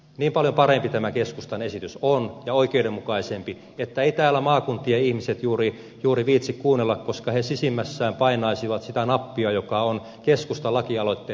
niin paljon parempi ja oikeudenmukaisempi tämä keskustan esitys on että eivät täällä maakuntien ihmiset juuri viitsi kuunnella koska he sisimmässään painaisivat sitä nappia joka on keskustan lakialoitteitten lähtökohta